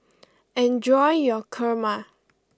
enjoy your Kurma